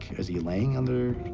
is he laying under,